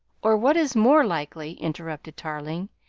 or what is more likely, interrupted tarling,